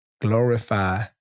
glorify